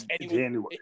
January